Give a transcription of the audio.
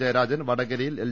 ജയരാജൻ വടകരയിൽ എൽ